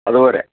അതുപോരെ